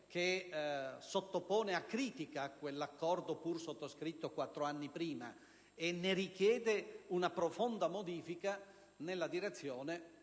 che sottopone a critica quell'accordo pure sottoscritto quattro anni prima e ne richiede una profonda modifica nella direzione